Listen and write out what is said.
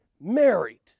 married